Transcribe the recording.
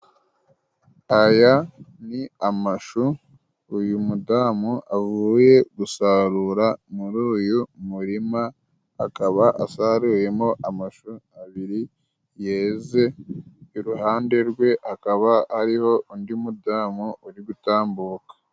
Aya ni amashu uyu mudamu avuye gusarura muri uyu murima akaba asaruyemo amashu abiri yeze, iruhande rwe akaba ariho undi mudamu uri gutambuka.